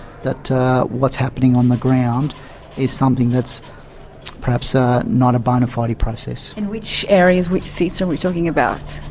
that what's happening on the ground is something that's perhaps ah not a bon fide process. and which areas, which seats are we talking about?